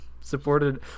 supported